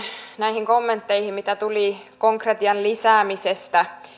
näihin kommentteihin mitä tuli konkretian lisäämisestä